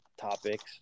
topics